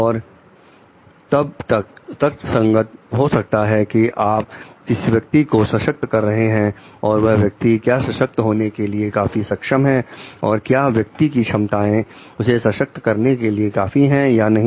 और तब यह तर्कसंगत हो जाता है कि आप किस व्यक्ति को सशक्त कर रहे हैं और वह व्यक्ति क्या सशक्त होने के लिए काफी सक्षम है और क्या व्यक्ति की क्षमताएं उसे सशक्त करने के लिए काफी है या नहीं